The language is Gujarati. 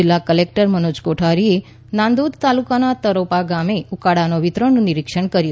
જિલ્લા કલેક્ટર મનોજ કોઠારીએ નાંદોદ તાલુકાના તરોપા ગામે ઉકાળા વિતરણનું નિરીક્ષણ કર્યું